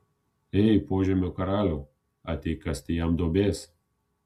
ei požemio karaliau ateik kasti jam duobės